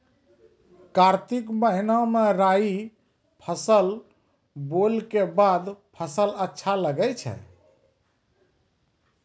कार्तिक महीना मे राई फसल बोलऽ के बाद फसल अच्छा लगे छै